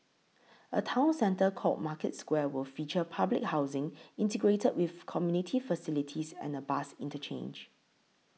a town centre called Market Square will feature public housing integrated with community facilities and a bus interchange